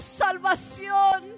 salvación